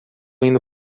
indo